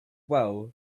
well